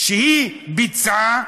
"שהיא ביצעה,